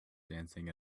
dancing